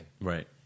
Right